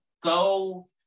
go